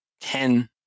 ten